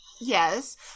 yes